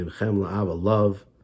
love